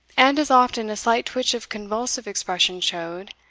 and as often a slight twitch of convulsive expression showed,